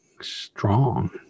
strong